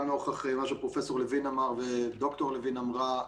גם נוכח מה שפרופ' לוין אמר וד"ר לוין אמרה,